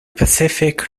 pacific